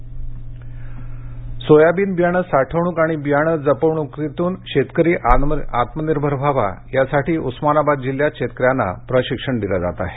soybean Osmanabad soybean बियाणे साठवणूक आणि बियाणे जपणूकीतून शेतकरी आत्मनिर्भर व्हावा यासाठी उस्मानाबाद जिल्ह्यात शेतकऱ्यांना प्रशिक्षण दिलं जात आहे